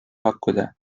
pakkuda